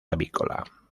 avícola